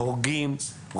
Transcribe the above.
הורגים,